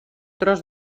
tros